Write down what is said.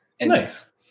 Nice